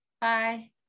Bye